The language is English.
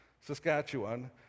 Saskatchewan